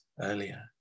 earlier